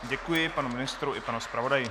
Děkuji panu ministrovi i panu zpravodaji.